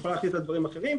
יכולה להחליט על דברים אחרים,